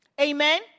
Amen